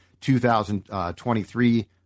2023